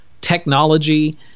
technology